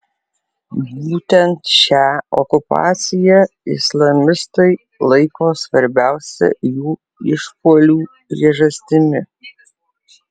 būtent šią okupaciją islamistai laiko svarbiausia jų išpuolių priežastimi